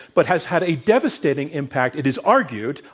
but has had a devastating impact, it is argued,